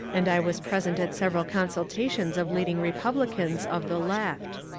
and i was present at several consultations of leading repub licans of the left.